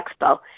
expo